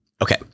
Okay